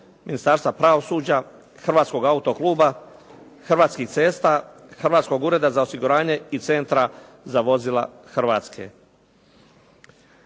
Ministarstva pravosuđa, Hrvatskog autokluba, Hrvatskih cesta, Hrvatskog ureda za osiguranje i Centra za vozila Hrvatske.